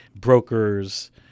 brokers